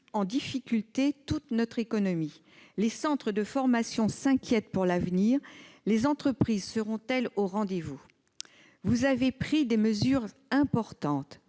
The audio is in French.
en difficulté toute notre économie. Les centres de formation s'inquiètent pour l'avenir : les entreprises seront-elles au rendez-vous ? Vous avez pris des mesures importantes